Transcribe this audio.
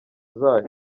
zayo